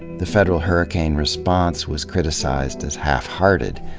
the federal hurricane response was criticized as half-hearted,